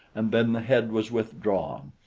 and then the head was withdrawn.